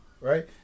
Right